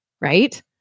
right